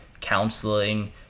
counseling